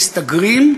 מסתגרים,